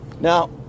Now